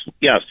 yes